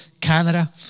Canada